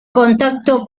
contacto